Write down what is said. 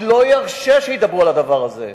אני לא ארשה שידברו על הדבר הזה,